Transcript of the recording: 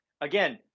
Again